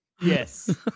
Yes